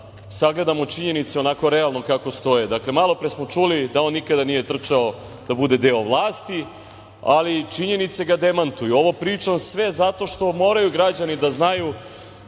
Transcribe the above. sagledamo činjenice onako realno kako stoje. Malopre smo čuli da on nikada nije trčao da bude deo vlasti, ali činjenice ga demantuju. Ovo pričam sve zato što moraju građani da znaju